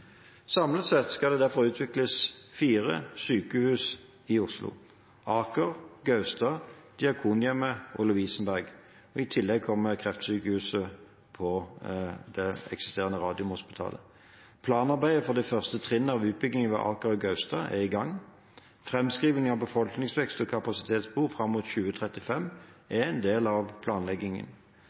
Samlet sett skal det derfor utvikles fire sykehus i Oslo: Aker, Gaustad, Diakonhjemmet og Lovisenberg. I tillegg kommer kreftsykehuset på det eksisterende Radiumhospitalet. Planarbeidet for det første trinnet av utbyggingen ved Aker og Gaustad er i gang. Framskriving av befolkningsvekst og kapasitetsbehov fram mot 2035 er en del av planleggingen.